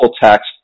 text